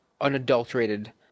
unadulterated –